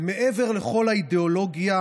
ומעבר לכל האידיאולוגיה